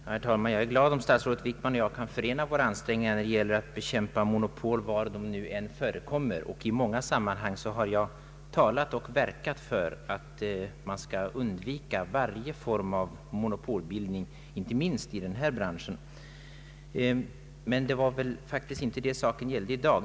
Herr talman! Jag är glad om statsrådet Wickman och jag kan förena våra ansträngningar när det gäller att bekämpa monopol var de än förekommer. I många sammanhang har jag talat och verkat för att man skall undvika varje form av monopolbildning, inte minst inom denna bransch. Men det var inte det saken gällde i dag.